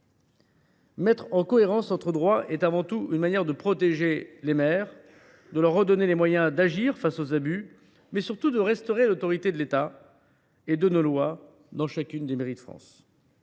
Mettre en cohérence notre droit est, avant tout, une manière de protéger les maires, de leur redonner les moyens d’agir face aux abus, mais, surtout, de restaurer l’autorité de l’État et la force de nos lois dans chacune des mairies de France.